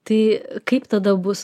tai kaip tada bus